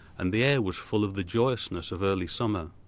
and the air was full of the joyousness of early summer.